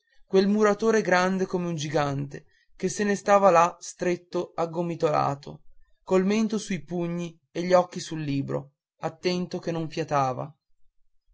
quel muratore grande come un gigante che se ne stava là stretto aggomitolato col mento sui pugni e gli occhi sul libro attento che non